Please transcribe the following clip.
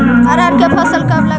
अरहर के फसल कब लग है?